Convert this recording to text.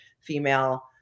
female